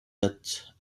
that